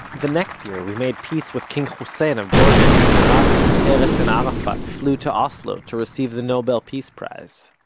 the next year, we made peace with king hussein of jordan, and rabin, peres and arafat flew to oslo to receive the nobel peace prize.